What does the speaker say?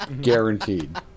guaranteed